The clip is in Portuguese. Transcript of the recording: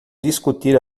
discutir